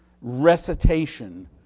recitation